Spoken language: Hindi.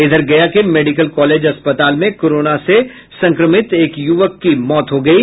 इधर गया के मेडिकल कॉलेज अस्पताल में कोरोना से संक्रमित एक युवक की मौत हो गयी